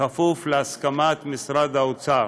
בכפוף להסכמת משרד האוצר.